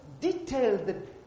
detailed